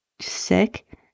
sick